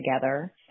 together